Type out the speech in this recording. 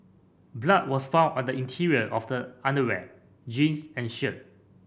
blood was found on the interior of the underwear jeans and shirt